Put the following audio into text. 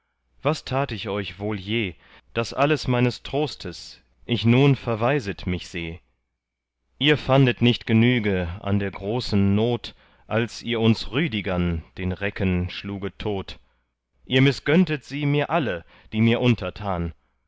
was tat ich euch wohl je daß alles meines trostes ich nun verwaiset mich seh ihr fandet nicht genüge an der großen not als ihr uns rüdigern den recken schluget tot ihr mißgönntet sie mir alle die mir untertan